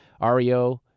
Ario